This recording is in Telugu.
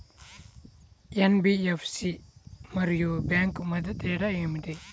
ఎన్.బీ.ఎఫ్.సి మరియు బ్యాంక్ మధ్య తేడా ఏమిటి?